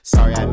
Sorry